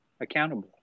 accountable